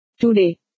today